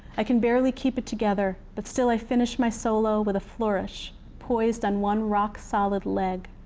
i can barely keep it together. but still, i finish my solo with a flourish, poised on one rock solid leg.